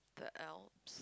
the alps